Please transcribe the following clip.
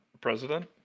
president